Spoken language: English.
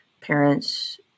parents